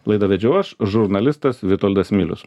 laidą vedžiau aš žurnalistas vitoldas milius